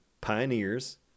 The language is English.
pioneers